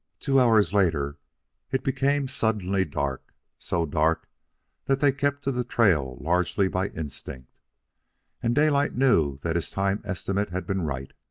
two hours later it became suddenly dark so dark that they kept to the trail largely by instinct and daylight knew that his time-estimate had been right.